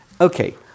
Okay